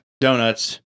donuts